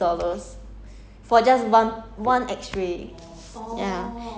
they say right if the X-ray come to you you need you need to pay sixty dollars